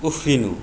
उफ्रिनु